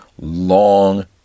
long